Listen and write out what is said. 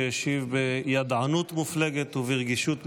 שהשיב בידענות מופלגת וברגישות מופלגת.